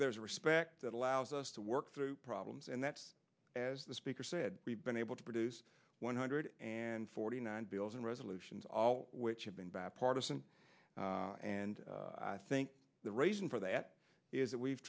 there's a respect that allows us to work through problems and that's as the speaker said we've been able to produce one hundred and forty nine bills in resolutions all which have been bad part of and i think the reason for that is that we've